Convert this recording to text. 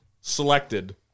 selected